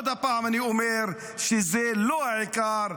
עוד פעם אני אומר שזה לא העיקר,